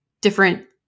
different